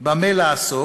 במה לעסוק,